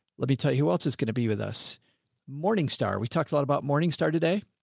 let me tell you who else is going to be with us morningstar. we talked a lot about morningstar today.